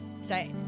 say